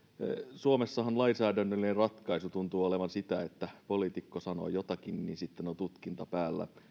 suomessahan lainsäädännöllinen ratkaisu tuntuu olevan sitä että poliitikko sanoo jotakin sitten on tutkinta päällä